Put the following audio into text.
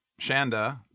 Shanda